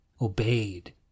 obeyed